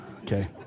Okay